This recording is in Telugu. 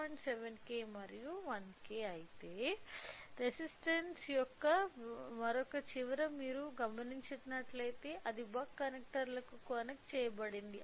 7K మరియు 1K అయితే రెసిస్టన్స్స్ యొక్క మరొక చివర మీరు గమనించినట్లయితే అది బక్ కనెక్టర్లకు కనెక్ట్ చెయ్యబడింది